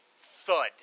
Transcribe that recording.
thud